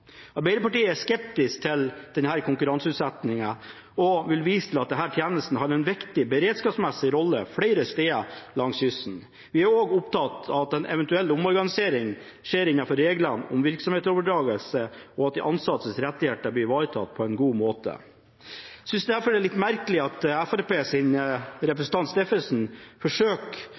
Arbeiderpartiet er skeptisk til konkurranseutsettingen og vil vise til at denne tjenesten har en viktig beredskapsmessig rolle flere steder langs kysten. Vi er også opptatt av at en eventuell omorganisering skjer innenfor reglene av virksomhetsoverdragelse, og at de ansattes rettigheter blir ivaretatt på en god måte. Jeg synes derfor det er litt merkelig med Fremskrittspartiets representant